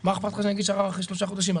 מה אכפת לכם שאגיש ערר אחרי שלושה חודשים?